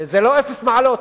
זה לא אפס מעלות.